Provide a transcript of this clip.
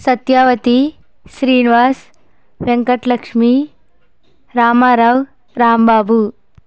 Satyavathi Srinivas Venkat Lakshmi Ramarao Rambabu